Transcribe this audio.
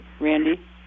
Randy